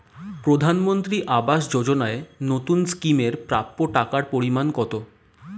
প্রধানমন্ত্রী আবাস যোজনায় নতুন স্কিম এর প্রাপ্য টাকার পরিমান কত?